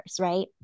right